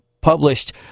Published